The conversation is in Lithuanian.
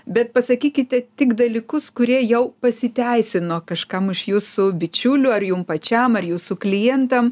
bet pasakykite tik dalykus kurie jau pasiteisino kažkam iš jūsų bičiulių ar jum pačiam ar jūsų klientam